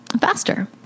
faster